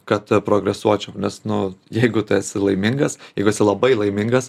kad progresuočiau nes nu jeigu tu esi laimingas jeigu esi labai laimingas